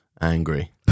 Angry